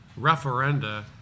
referenda